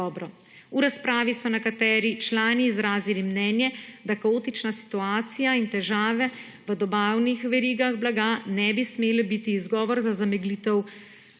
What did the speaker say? V razpravi so nekateri člani izrazili mnenje, da kaotična situacija in težave v dobavnih verigah blaga ne bi smele biti izgovor za zameglitev